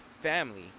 family